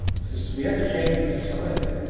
we have to change the society.